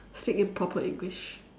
speak in proper english